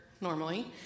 normally